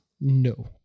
No